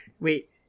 wait